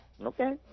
Okay